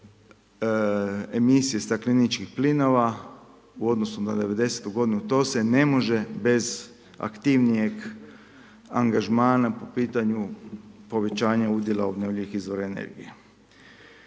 emisije stakleničkih plinova u odnosu na '90. g. to se ne može bez aktivnijeg angažmana po pitanju povećanja udjela obnovljivih izvora energije.